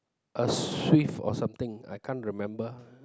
a swift or something I can't remember